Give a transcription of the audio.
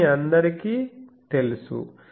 ఇది మీ అందరికీ తెలుసు